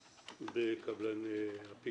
בקבלני הפיגומים היום.